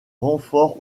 renforts